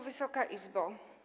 Wysoka Izbo!